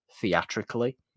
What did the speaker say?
theatrically